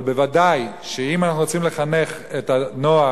אבל ודאי שאם אנחנו רוצים לחנך את הנוער,